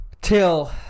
Till